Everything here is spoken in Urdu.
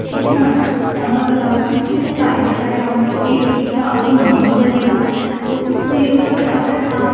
ٹھیک ہے میم اب میں بتا دوں کہ اس کے فائدے کیا کیا ہوں گے ایک جو آپ کی نامنی بنے گا تو اس کو یہ ہوگا کہ اگر آپ